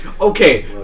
Okay